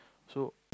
so